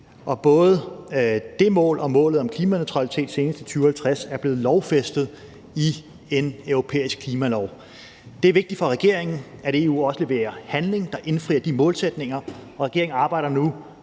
Og både det mål og målet om klimaneutralitet senest i 2050 er blevet lovfæstet i en europæisk klimalov. Det er vigtigt for regeringen, at EU også leverer handling, der indfrier de målsætninger, og regeringen arbejder nu